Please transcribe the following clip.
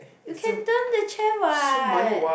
you can turn the chair what